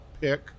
pick